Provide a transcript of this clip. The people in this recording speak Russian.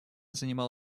занимал